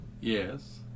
Yes